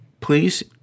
please